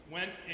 went